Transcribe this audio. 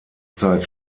zeit